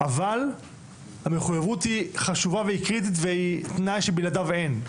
אבל המחויבות היא חשובה והיא קריטית והיא תנאי שבלעדיו אין,